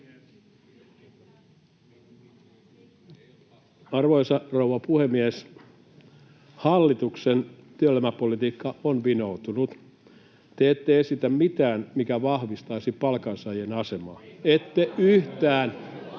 Arvoisa rouva puhemies! Hallituksen työelämäpolitiikka on vinoutunut. Te ette esitä mitään, mikä vahvistaisi palkansaajien asemaa.